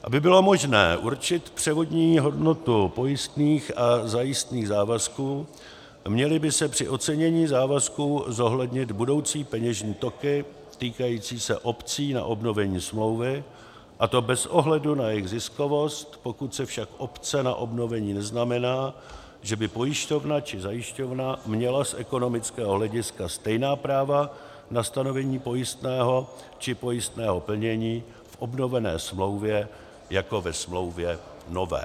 Aby bylo možné určit převodní hodnotu pojistných a zajistných závazků, měly by se při ocenění závazků zohlednit budoucí peněžní toky týkající se opcí na obnovení smlouvy, a to bez ohledu na jejich ziskovost, pokud však opce na obnovení neznamená, že by pojišťovna či zajišťovna měla z ekonomického hlediska stejná práva na stanovení pojistného či pojistného plnění v obnovené smlouvě jako ve smlouvě nové.